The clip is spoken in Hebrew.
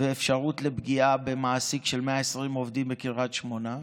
ואפשרות לפגיעה במעסיק של 120 עובדים בקריית שמונה.